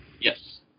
Yes